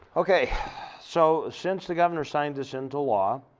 okay so since the governor signed this into law